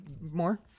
more